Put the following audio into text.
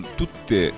tutte